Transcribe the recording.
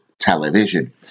television